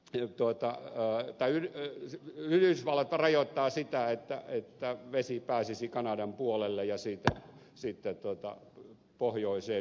tie tuhota käydyt yhdysvallat rajoittaa sitä että vesi pääsisi kanadan puolelle ja siitä sitten pohjoiseen virtaamaan